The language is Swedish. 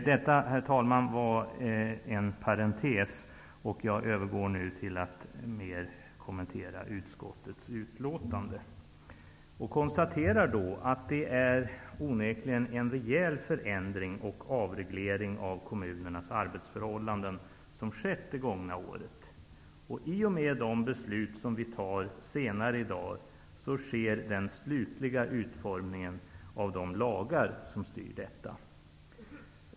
Detta var mer en parentes, och jag övergår nu till att kommentera utskottets betänkande. Jag konstaterar då att det onekligen är en rejäl förändring och avreglering av kommunernas arbetsförhållanden som skett under det gångna året. I och med de beslut som riksdagen kommer att fatta senare i dag sker den slutliga utformningen av de lagar som styr dessa förändringar.